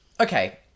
okay